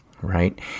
right